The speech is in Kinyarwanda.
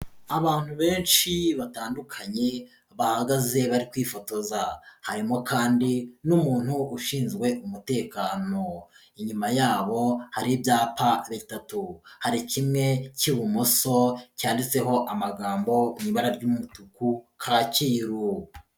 Abantu benshi batandukanye bahagaze bari kwifotoza harimo kandi n'umuntu ushinzwe umutekano, inyuma yabo hari ibyapa bitatu, hari kimwe cy'ibumoso cyanditseho amagambo ibara ry'umutuku Kakiru.